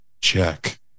check